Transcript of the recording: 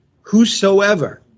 whosoever